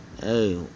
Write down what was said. Hey